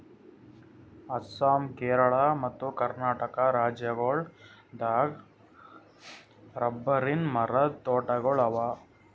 ಅಸ್ಸಾಂ ಕೇರಳ ಮತ್ತ್ ಕರ್ನಾಟಕ್ ರಾಜ್ಯಗೋಳ್ ದಾಗ್ ರಬ್ಬರಿನ್ ಮರದ್ ತೋಟಗೋಳ್ ಅವಾ